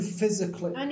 physically